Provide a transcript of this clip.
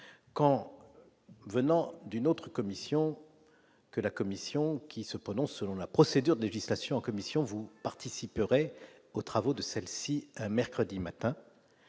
quand, venant d'une autre commission, que la commission qui se prononce, selon la procédure de législation commission vous participerez aux travaux de celle-ci, mercredi matin,